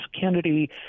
Kennedy